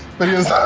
but he was